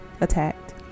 attacked